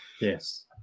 yes